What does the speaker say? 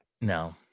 No